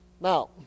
Now